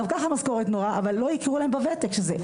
גם ככה המשכורת נוראה, אבל לא הכירו להם בותק הזה.